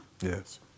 Yes